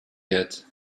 yet